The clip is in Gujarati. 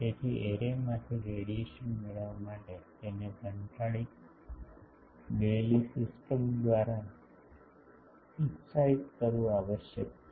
તેથી એરેમાંથી રેડિયેશન મેળવવા માટે તેને કંટાળી ગયેલી સિસ્ટમ દ્વારા ઉત્સાહિત થવું આવશ્યક છે